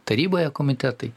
taryboje komitetai